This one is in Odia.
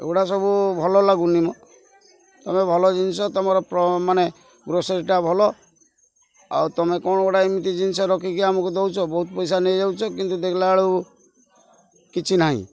ଏଗୁଡ଼ା ସବୁ ଭଲ ଲାଗୁନି ମ ତମେ ଭଲ ଜିନିଷ ତମର ମାନେ ଗ୍ରୋସେରୀଟା ଭଲ ଆଉ ତମେ କ'ଣ ଗୋଟେ ଏମିତି ଜିନିଷ ରଖିକି ଆମକୁ ଦଉଛ ବହୁତ ପଇସା ନେଇଯାଉଛ କିନ୍ତୁ ଦେଖିଲା ବେଳକୁ କିଛି ନାହିଁ